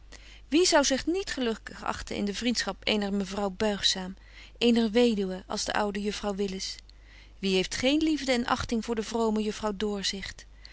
wie zou zich niet gelukkig achten in de vriendschap eener mevrouw buigzaam eener weduwe als de oude juffrouw willis wie heeft geen liefde en achting voor de vrome juffrouw